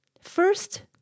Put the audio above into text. First